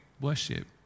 worship